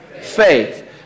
faith